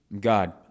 God